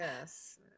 yes